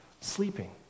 sleeping